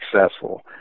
successful